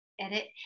edit